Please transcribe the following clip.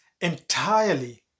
entirely